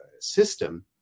system